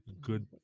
good